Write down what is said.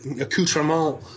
accoutrement